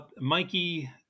Mikey